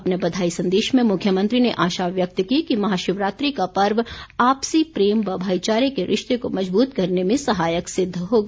अपने बधाई संदेश में मुख्यमंत्री ने आशा व्यक्त की कि महाशिवरात्रि का पर्व आपसी प्रेम व भाईचारे के रिश्ते को मज़बूत करने में सहायक सिद्ध होगा